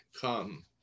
come